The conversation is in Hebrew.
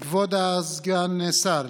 כבוד סגן השר,